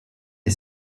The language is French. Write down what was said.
est